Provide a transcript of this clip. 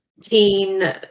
teen